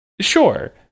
Sure